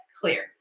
clear